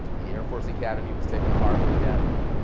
the air force academy was taking a hard look at me.